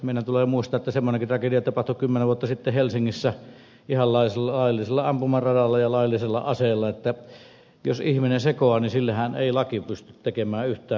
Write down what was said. meidän tulee muistaa että semmoinenkin tragedia tapahtui kymmenen vuotta sitten helsingissä ihan laillisella ampumaradalla ja laillisella aseella että jos ihminen sekoaa niin sillehän ei laki pysty tekemään yhtään mitään